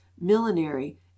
millinery